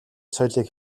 соёлыг